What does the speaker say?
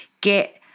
get